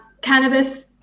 cannabis